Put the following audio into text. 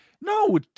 No